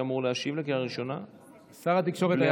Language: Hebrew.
התשפ"ב 2022,